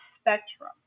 spectrum